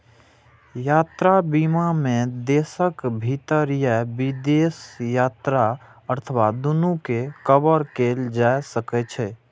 यात्रा बीमा मे देशक भीतर या विदेश यात्रा अथवा दूनू कें कवर कैल जा सकै छै